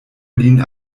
lin